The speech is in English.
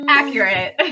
accurate